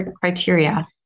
criteria